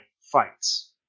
fights